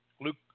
Luke